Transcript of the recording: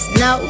no